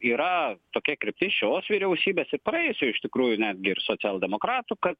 yra tokia kryptis šios vyriausybės ir praėjusioj iš tikrųjų netgi ir socialdemokratų kad